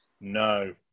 No